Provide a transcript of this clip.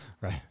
right